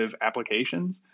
applications